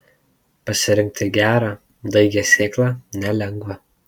pasirinkti gerą daigią sėklą nelengva